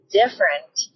different